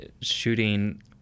shooting